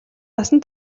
насан